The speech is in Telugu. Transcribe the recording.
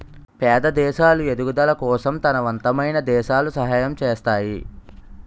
పేద దేశాలు ఎదుగుదల కోసం తనవంతమైన దేశాలు సహాయం చేస్తాయి